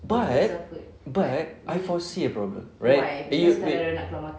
but but I foresee problem right that you wait